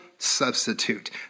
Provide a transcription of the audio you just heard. substitute